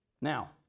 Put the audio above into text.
Now